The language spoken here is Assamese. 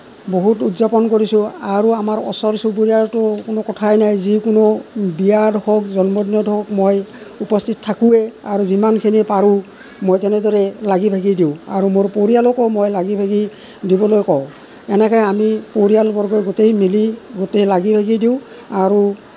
বহুত উদযাপন কৰিছোঁ আৰু আমাৰ ওচৰ চুবুৰীয়াৰতো কোনো কথাই নাই যিকোনো বিয়াত হওক জন্মদিনত হওক মই উপস্থিত থাকোঁৱে আৰু যিমানখিনি পাৰোঁ মই তেনেদৰে লাগি ভাগি দিওঁ আৰু মোৰ পৰিয়ালকো মই লাগি ভাগি দিবলৈ কওঁ এনেকৈ আমি পৰিয়ালবৰ্গ গোটেই মিলি গোটেই লাগি ভাগি দিওঁ আৰু